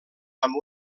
amb